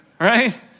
right